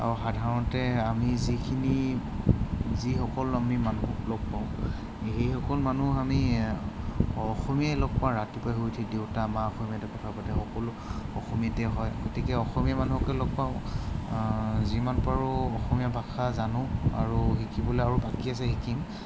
আৰু সাধাৰণতে আমি যিখিনি যিসকল আমি মানুহক লগ পাওঁ সেইসকল মানুহ আমি অসমীয়াই লগ পাওঁ ৰাতিপুৱাই শুই উঠি দেউতা মা অসমীয়াতে কথা পাতে সকলো অসমীয়াতে হয় গতিকে অসমীয়া মানুহকে লগ পাওঁ যিমান পাৰোঁ অসমীয়া ভাষা জানো আৰু শিকিবলৈ আৰু বাকী আছে শিকিম